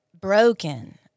broken